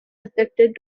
affected